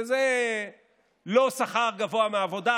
שזה לא שכר גבוה מעבודה,